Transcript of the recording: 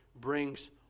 brings